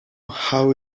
how